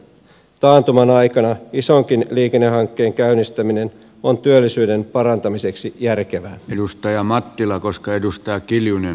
taantuman aikana isonkin liikennehankkeen käynnistäminen on työllisyyden parantamiseksi järkevää edustaja mattila koska edustaa kiljunen